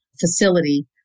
facility